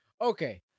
Okay